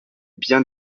bien